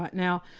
but now,